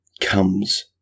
comes